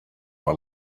more